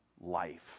life